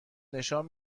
نشان